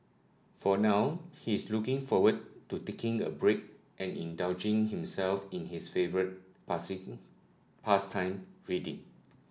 for now he is looking forward to taking a break and indulging himself in his favourite pastime reading